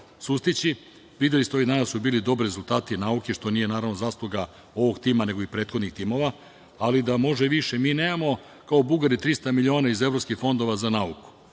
sustići. Videli ste, ovih dana su bili dobro rezultati nauke, što nije naravno zasluga ovog tima nego i prethodnih timova, ali da može više. Mi nemamo kao Bugari 300 miliona iz evropskih fondova za nauku.